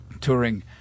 touring